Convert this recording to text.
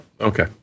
Okay